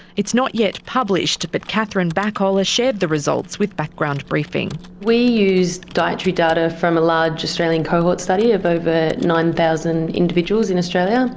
it's not yet published, but kathryn backholer shared the results with background briefing. we used dietary data from a large australian cohort study of over nine thousand individuals in australia,